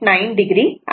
9 o आहे